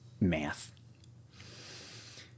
math